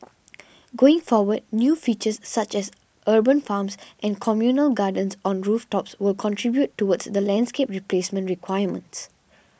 going forward new features such as urban farms and communal gardens on rooftops will contribute towards the landscape replacement requirements